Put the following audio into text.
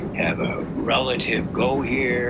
have a relative go here,